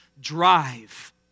drive